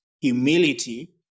humility